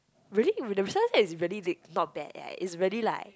really the sunset is really big not bad eh it's really like